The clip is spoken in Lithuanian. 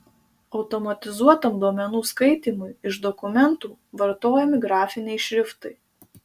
automatizuotam duomenų skaitymui iš dokumentų vartojami grafiniai šriftai